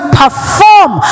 perform